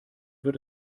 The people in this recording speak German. wird